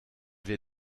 wir